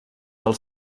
del